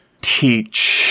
teach